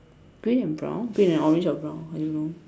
green and brown green and orange or brown I don't know